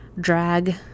drag